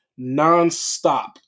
nonstop